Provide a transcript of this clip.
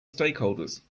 stakeholders